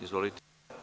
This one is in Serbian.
Izvolite.